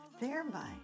thereby